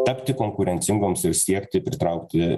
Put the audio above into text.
tapti konkurencingoms ir siekti pritraukti